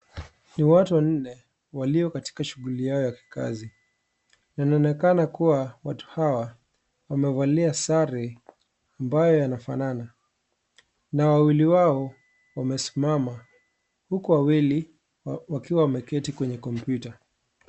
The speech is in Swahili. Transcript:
NI watu wanne walio katika shughuli yao ya kikazi na inaonekana kuwa watu hawa wamevalia sare ambayo yanafanana na wawili wao wamesimama huku wawili wakiwa wameketi kwenye kompyuta.